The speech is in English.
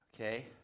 Okay